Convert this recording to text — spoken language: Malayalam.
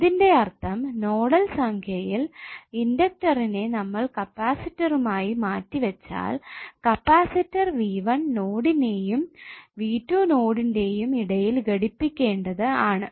ഇതിന്റെ അർത്ഥം നോഡൽ സംഖ്യയിൽ ഇൻഡക്ടറിനെ നമ്മൾ കപ്പാസിറ്ററു മായി മാറ്റിവച്ചാൽ കപ്പാസിറ്റർ v1 നോഡിന്റെയും v2 നോഡിന്റെയും ഇടയിൽ ഘടിപ്പിക്കേണ്ടത് ആണ്